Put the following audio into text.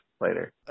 Later